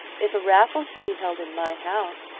if a raffle should be held in my house.